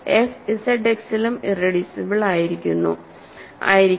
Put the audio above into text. F ഇസഡ്എക്സിലും irreducible ആയിരിക്കണം